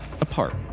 Apart